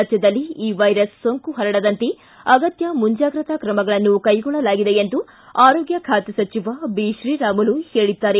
ರಾಜ್ಯದಲ್ಲಿ ಈ ವೈರಸ್ ಸೋಂಕು ಪರಡದಂತೆ ಅಗತ್ಯ ಮುಂಜಾಗೃತಾ ತ್ರಮಗಳನ್ನು ಕೈಗೊಳ್ಳಲಾಗಿದೆ ಎಂದು ಆರೋಗ್ಯ ಖಾತೆ ಸಚಿವ ಬಿತ್ರೀರಾಮುಲು ಹೇಳಿದ್ದಾರೆ